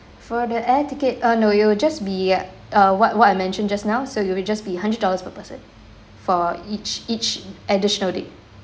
for the air ticket uh no it'll just be uh what what I mentioned just now so it will just be hundred dollars per person for each each additional day